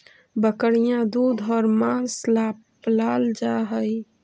बकरियाँ दूध और माँस ला पलाल जा हई